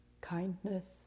kindness